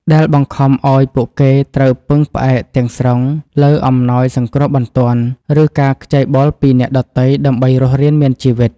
ដែលបង្ខំឱ្យពួកគេត្រូវពឹងផ្អែកទាំងស្រុងលើអំណោយសង្គ្រោះបន្ទាន់ ឬការខ្ចីបុលពីអ្នកដទៃដើម្បីរស់រានមានជីវិត។